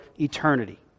eternity